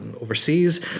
overseas